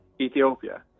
Ethiopia